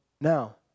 now